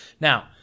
Now